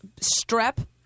strep